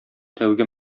тәүге